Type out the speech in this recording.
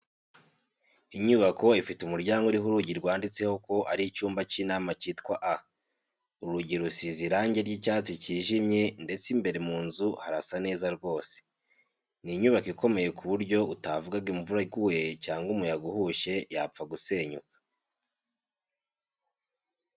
Inyubako ifite umuryango uriho urugi rwanditseho ko ari icyumba cy'inama cyitwa A, urugi rusize irange ry'icyatsi cyijimye ndetse imbere mu nzu harasa neza rwose. Ni inyubako ikomeye ku buryo utavuga ngo imvura iguye cyangwa umuyaga uhushye yapfa gusenyuka.